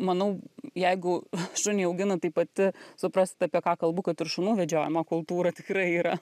manau jeigu šunį augina tai pati suprast apie ką kalbu kad ir šunų vedžiojimo kultūra tikrai yra